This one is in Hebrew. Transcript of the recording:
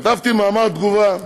כתבתי מאמר תגובה.